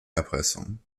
erpressung